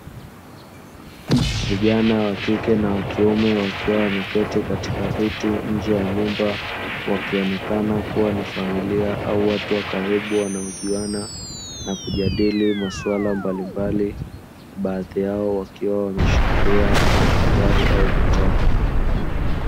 Vijana wakike na wakiume wakiwa wameketi katika viti nje ya nyumba, wakionekana kuwa ni familia au watu wa karibu wanaojuana, na kujadili maswala mbalimbali, baadhi yao wakiwa wameshikilia madaftari au vitabu.